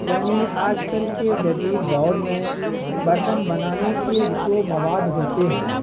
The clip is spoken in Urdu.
یعنی آج کل کے جدید دور میں برتن بنانے کے جو مواد ہوتے ہیں